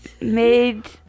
made